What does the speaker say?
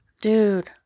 Dude